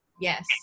yes